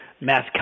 mass